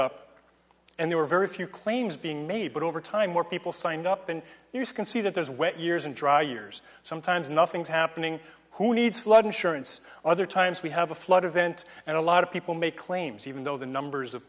up and there were very few claims being made but over time more people signed up and you can see that those wet years and dry years sometimes nothing's happening who needs flood insurance other times we have a flood event and a lot of people make claims even though the numbers of